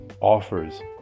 offers